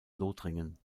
lothringen